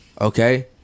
okay